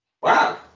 Wow